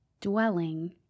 dwelling